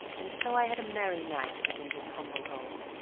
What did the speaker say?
and so i had a merry night within his humble home,